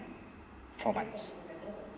four months